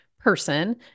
person